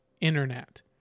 internet